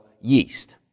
yeast